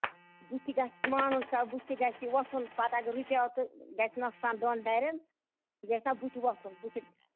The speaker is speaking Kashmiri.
بٕتھِ گژھِ مانُن کانٛہہ بٔتھِ تہِ گژھِ وۄتھُن پَتہٕ اَگر رُکیو تہٕ گژھِ نۄقصان دۄن دَرین یہِ گژھِ نہ بٕتھِ وۄتھُن بٕتھِ